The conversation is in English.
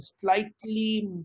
slightly